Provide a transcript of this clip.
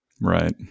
Right